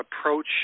approach